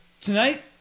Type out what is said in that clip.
tonight